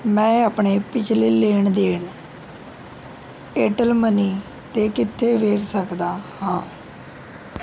ਮੈਂ ਆਪਣੇ ਪਿਛਲੇ ਲੈਣ ਦੇਣ ਏਅਰਟੈੱਲ ਮਨੀ 'ਤੇ ਕਿੱਥੇ ਵੇਖ ਸਕਦਾ ਹਾਂ